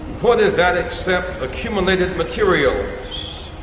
what is that except accumulated materials